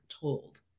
told